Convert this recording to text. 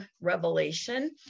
Revelation